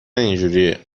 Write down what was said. اینجوریه